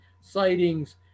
sightings